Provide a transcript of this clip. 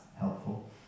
helpful